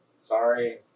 Sorry